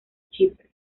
chipre